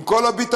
עם כל הביטחון,